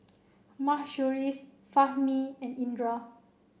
Mahsuri's Fahmi and Indra